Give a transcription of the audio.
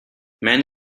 men